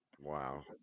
Wow